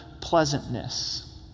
pleasantness